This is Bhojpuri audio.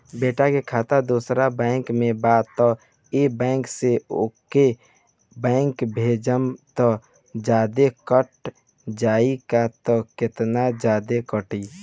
बेटा के खाता दोसर बैंक में बा त ए बैंक से ओमे पैसा भेजम त जादे कट जायी का त केतना जादे कटी?